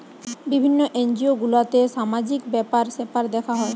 বিভিন্ন এনজিও গুলাতে সামাজিক ব্যাপার স্যাপার দেখা হয়